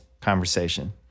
conversation